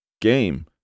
Game